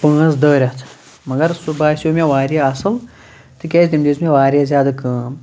پانٛژھ دَہ رٮ۪تھ مگر سُہ باسیو مےٚ واریاہ اصٕل تِکیٛازِ تٔمۍ دِژ مےٚ واریاہ زیادٕ کٲم